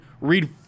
read